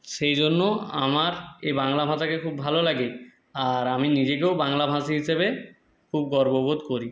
সেই জন্য আমার এ বাংলা ভাষাকে খুব ভালো লাগে আর আমি নিজেকেও বাংলাভাষী হিসাবে খুব গর্ববোধ করি